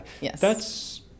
Yes